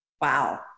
Wow